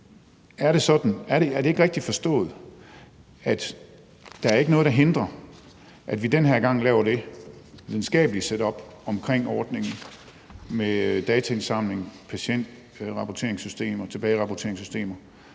Er det ikke rigtigt forstået, at der ikke er noget, der hindrer, at vi den her gang laver det videnskabelige setup omkring ordningen med dataindsamling, patientrapporteringssystemer, tilbagerapporteringssystemer